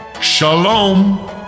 Shalom